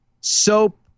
soap